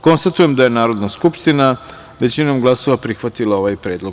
Konstatujem da je Narodna skupština, većinom glasova, prihvatila ovaj predlog.